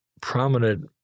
prominent